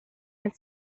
had